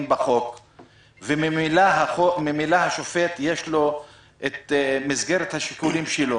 בחוק וממילא לשופט יש את מסגרת השיקולים שלו